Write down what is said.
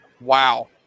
wow